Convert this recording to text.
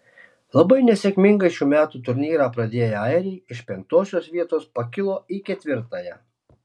labai nesėkmingai šių metų turnyrą pradėję airiai iš penktosios vietos pakilo į ketvirtąją